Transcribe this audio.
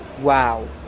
Wow